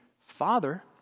Father